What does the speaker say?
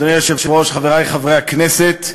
אדוני היושב-ראש, חברי חברי הכנסת,